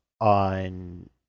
on